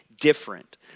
different